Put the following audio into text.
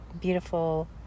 beautiful